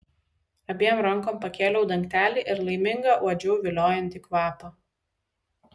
abiem rankom pakėliau dangtelį ir laiminga uodžiau viliojantį kvapą